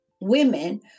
women